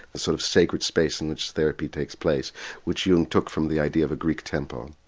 the sort of sacred space in which therapy takes place which jung took from the idea of a greek temple.